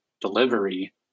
delivery